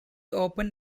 opened